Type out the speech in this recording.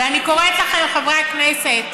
ואני קוראת לכם, חברי הכנסת,